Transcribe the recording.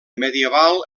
medieval